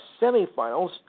semifinals